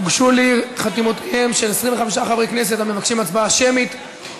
הוגשו לי חתימותיהם של 25 חברי כנסת המבקשים הצבעה שמית,